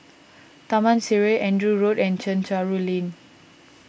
Taman Sireh Andrew Road and Chencharu Lane